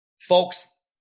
folks